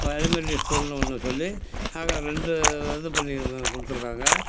elementary ஸ்கூல்னு ஒன்று சொல்லி ஆக ரெண்டு இது பண்ணி கொடுத்துருக்காங்க